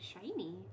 shiny